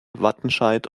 wattenscheid